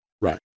Right